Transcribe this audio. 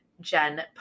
Jen